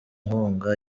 inkunga